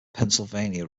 pennsylvania